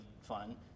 fun